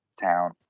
town